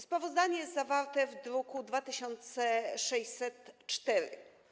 Sprawozdanie jest zawarte w druku nr 2604.